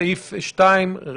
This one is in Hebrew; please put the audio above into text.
אין ההסתייגות בסעיף 1 לא אושרה.